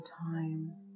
time